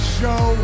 show